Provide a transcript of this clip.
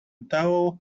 towel